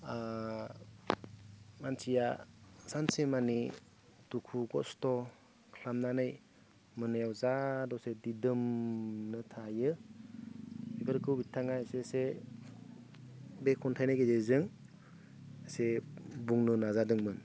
मानसिया सानसेमानि दुखु कस्त' खालामनानै मोनायाव जा दसे दिदोमनो थायो बेफोरखौ बिथाङा एसे एसे बे खन्थाइनि गेजेरजों एसे बुंनो नाजादोंमोन